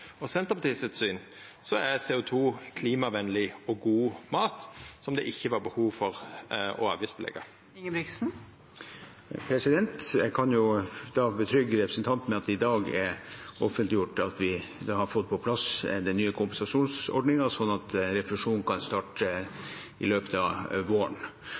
og Senterpartiet sitt syn er fisk klimavenleg og god mat som det ikkje var behov for å leggja avgifter på. Jeg kan da betrygge representanten med at det i dag er offentliggjort at vi har fått på plass den nye kompensasjonsordningen, slik at refusjonen kan starte i løpet av våren.